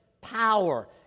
power